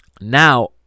Now